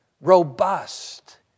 robust